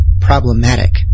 problematic